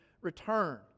return